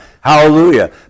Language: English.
Hallelujah